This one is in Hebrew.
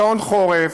שעון חורף,